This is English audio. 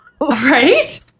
right